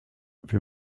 wir